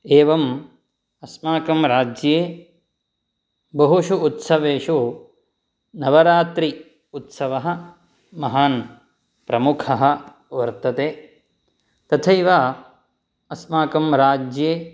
एवम् अस्माकं राज्ये बहुषु उत्सवेषु नवरात्रि उत्सवः महान् प्रमुखः वर्तते तथैव अस्माकं राज्ये